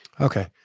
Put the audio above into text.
Okay